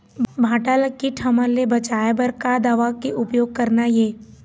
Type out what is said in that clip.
भांटा ला कीट हमन ले बचाए बर का दवा के उपयोग करना ये?